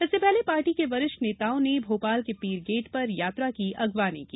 इससे पहले पार्टी के वरिष्ठ नेताओं ने पीरगेट पर यात्रा की आगवानी की